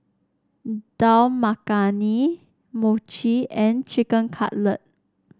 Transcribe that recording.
Dal Makhani Mochi and Chicken Cutlet